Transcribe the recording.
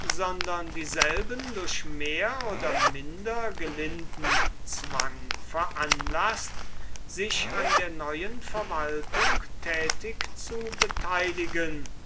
sondern dieselben durch mehr oder minder gelinden zwang veranlaßt sich an der neuen verwaltung tätig zu beteiligen